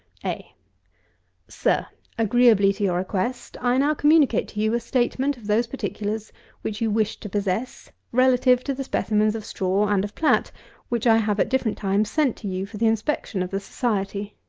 a sir agreeably to your request, i now communicate to you a statement of those particulars which you wished to possess, relative to the specimens of straw and of plat which i have at different times sent to you for the inspection of the society.